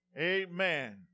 Amen